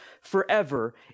forever